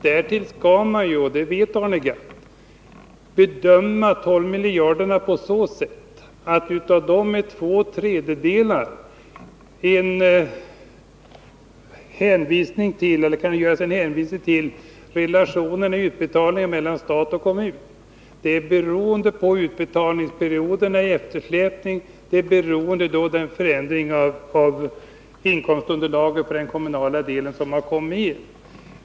Där skall man — och det vet Arne Gadd — bedöma de 12 miljarderna på så sätt att vad gäller två tredjedelar av dem kan det göras en hänvisning till relationen i utbetalningarna från stat och kommun. Denna del är beroende av utbetalningsperioderna, den är beroende av eftersläpningen och av förändringen av inkomstunderlaget för den kommunala delen av skatten.